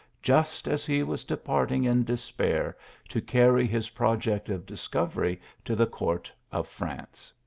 just as he was departing in despair to carry his project of discovery to the court of france.